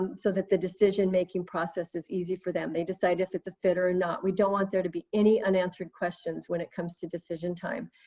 and so that the decision making process is easy for them. they decide if it's a fit or not. we don't want there to be any unanswered questions when it comes to decision time.